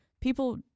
People